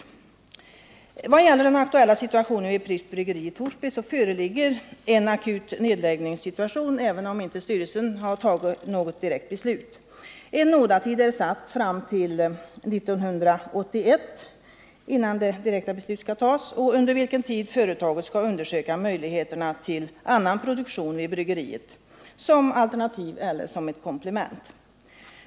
I vad gäller den aktuella situationen vid Pripps Bryggeri i Torsby föreligger en akut nedläggningssituation, även om styrelsen inte har tagit något direkt beslut. En nådatid är satt fram till 1981 innan beslut skall tas och under vilken tid företaget skall undersöka möjligheterna till annan produktion vid bryggeriet, som alternativ eller som komplement.